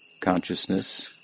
consciousness